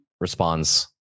responds